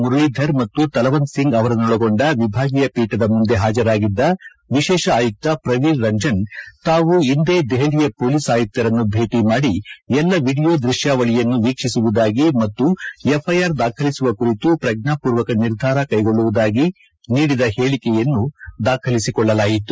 ಮುರಳೀಧರ್ ಮತ್ತು ತಲವಂತ್ ಸಿಂಗ್ ಅವರನ್ನೊಳಗೊಂಡ ವಿಭಾಗೀಯ ಪೀಠದ ಮುಂದೆ ಹಾಜರಾಗಿದ್ದ ವಿಶೇಷ ಆಯುಕ್ತ ಪ್ರವೀರ್ ರಂಜನ್ ತಾವು ಇಂದೇ ದೆಹಲಿಯ ಪೊಲೀಸ್ ಆಯುಕ್ತರನ್ನು ಭೇಟಿ ಮಾಡಿ ಎಲ್ಲ ವೀಡಿಯೋ ದೃಶ್ಯಾವಳಿಯನ್ನು ವೀಕ್ಷಿಸುವುದಾಗಿ ಮತ್ತು ಎಫ್ಐಆರ್ ದಾಖಲಿಸುವ ಕುರಿತು ಪ್ರಜ್ವಾಹೂರ್ವಕ ನಿರ್ಧಾರ ಕೈಗೊಳ್ಳುವುದಾಗಿ ನೀಡಿದ ಹೇಳಿಕೆಯನ್ನು ದಾಖಲಿಸಿಕೊಳ್ಳಲಾಯಿತು